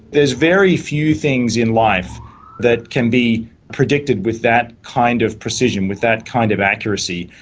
there's very few things in life that can be predicted with that kind of precision, with that kind of accuracy.